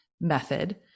method